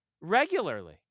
regularly